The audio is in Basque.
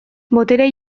botere